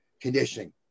conditioning